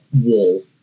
wall